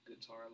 guitar